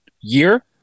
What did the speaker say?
year